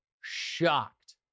shocked